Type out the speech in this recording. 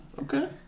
okay